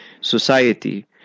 society